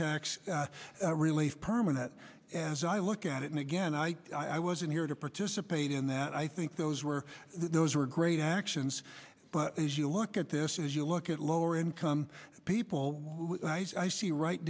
tax relief permanent as i look at it and again i i wasn't here to participate in that i think those were those were great actions but as you look at this as you look at lower income people i see right